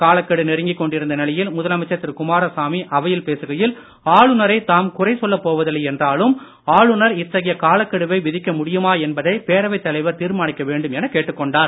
காலக்கெடு நெருங்கிக் கொண்டிருந்த நிலையில் முதலமைச்சர் திரு குமாரசாமி அவையில் பேசுகையில் ஆளுநரை தாம் குறை சொல்லப் போவதில்லை என்றாலும் ஆளுநர் இத்தகைய காலக்கெடுவை விதிக்க முடியுமா என்பதை பேரவைத் தலைவர் தீர்மானிக்க வேண்டும் என கேட்டுக்கொண்டார்